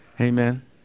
Amen